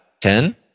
ten